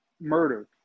murder